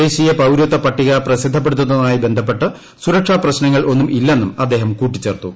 ദേശീയ പൌരത്വ പട്ടിക പ്രസിദ്ധപ്പെടുത്തുന്നതുമായി ബന്ധപ്പെട്ട് സുരക്ഷാപ്രശ്നങ്ങൾ ഒന്നും ഇല്ലെന്നും അദ്ദേഹം കൂട്ടിച്ചേർത്തു